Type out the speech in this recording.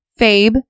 Fabe